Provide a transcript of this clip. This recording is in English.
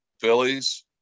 Phillies